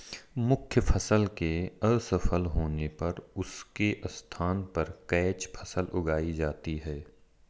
मुख्य फसल के असफल होने पर उसके स्थान पर कैच फसल उगाई जाती है